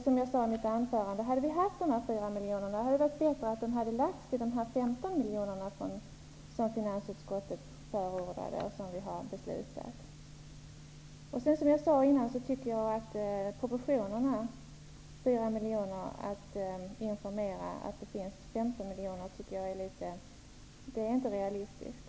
Som jag sade i mitt tidigare inlägg hade det, om vi hade haft dessa 4 miljoner, varit bättre om de hade lagts till de 15 miljonerna som finansutskottet förordade och som vi har fattat beslut om. Som jag sade tidigare tycker jag att proportionerna, dvs. 4 miljoner för att informera om att det finns 15 miljoner, inte är realistiska.